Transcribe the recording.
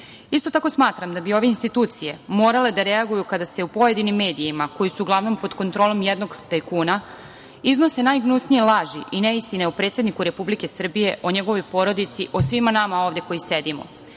Isto tako smatram da bi ove institucije morale da reaguju kada se u pojedinim medijima, koji su uglavnom pod kontrolom jednog tajkuna, iznose najgnusnije laži i neistine o predsedniku Republike Srbije o njegovoj porodici, o svima nama ovde koji sedimo,